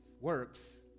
works